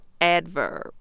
adverb